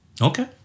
Okay